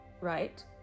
right